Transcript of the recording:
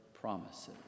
promises